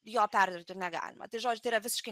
jo perdirbti ir negalima tai žodžiai yra visiškai